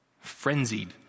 frenzied